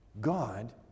God